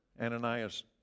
Ananias